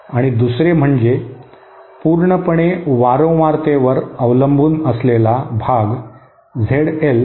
आणि दुसरे म्हणजे पूर्णपणे वारंवारतेवर अवलंबून असलेला भाग झेड एल